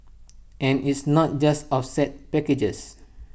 and it's not just offset packages